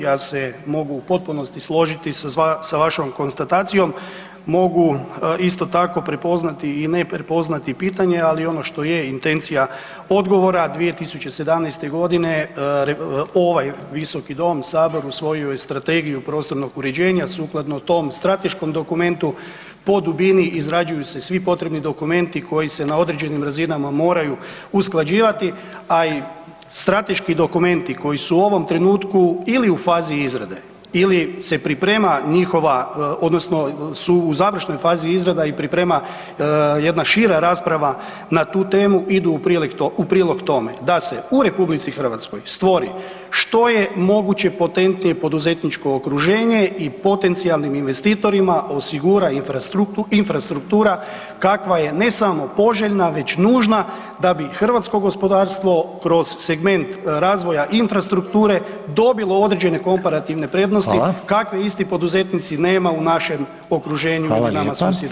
Ja se mogu u potpunosti složiti sa vašom konstatacijom, mogu isto tako prepoznati i ne prepoznati pitanje, ali ono što je intencija odgovora 2017.g. ovaj Visoki dom u Saboru usvojio je Strategiju prostornog uređenja sukladno tom strateškom dokumentu po dubini izrađuju se svi potrebni dokumenti koji se na određenim razinama moraju usklađivati, a i strateški dokumenti koji su u ovom trenutku ili u fazi izrade ili se priprema odnosno su u završnoj fazi izrada i priprema jedna šira rasprava na tu temu idu u prilog tome, da se u RH stvori što je moguće potentnije poduzetničko okruženje i potencijalnim investitorima osigura infrastruktura kakva je ne samo poželjna već nužna da bi hrvatsko gospodarstvo kroz segment razvoja infrastrukture dobilo određene komparativne prednosti kakve isti poduzetnici nema u našem okruženju ili nama susjednim zemljama.